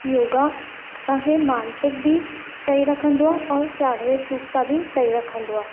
योगा असांखे मानसिक बि सही रखंदो आहे ऐं शारीरिक रूप सां बि सही रखंदो आहे